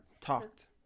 Talked